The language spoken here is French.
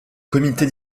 comité